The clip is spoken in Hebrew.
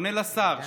פונה לשר,